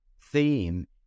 theme